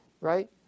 right